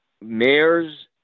mayors